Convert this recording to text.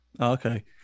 okay